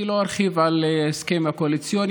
אני לא ארחיב על ההסכם הקואליציוני.